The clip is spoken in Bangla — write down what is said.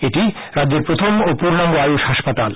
এটি রাজ্যের প্রথম ও পূর্ণাঙ্গ আয়ুশ হাসপাতাল